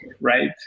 right